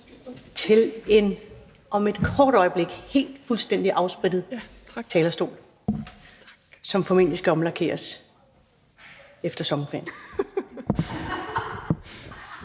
kommer om et kort øjeblik til en fuldstændig afsprittet talerstol, som formentlig skal omlakeres efter sommerferien.